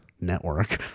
network